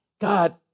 God